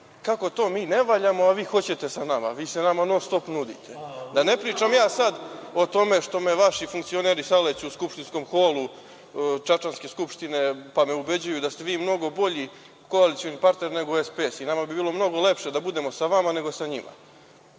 kako to mi ne valjamo, a vi hoćete sa nama. Vi se nama non-stop nudite. Da, ne pričam ja sad o tome što me vaši funkcioneri saleću u skupštinskom holu Čačanske skupštine, pa me ubeđuju da ste vi mnogo bolji koalicioni partner nego SPS i nama bi bilo mnogo lepše da budemo sa vama nego sa njima. Aprila